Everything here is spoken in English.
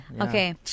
Okay